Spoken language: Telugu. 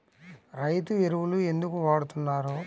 రైతు ఎరువులు ఎందుకు వాడుతున్నారు?